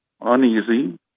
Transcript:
uneasy